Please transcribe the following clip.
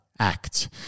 Act